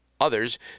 others